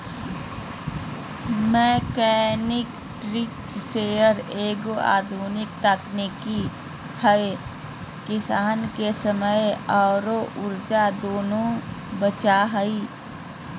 mechanical tree shaker एगो आधुनिक तकनीक है किसान के समय आरो ऊर्जा दोनों बचो हय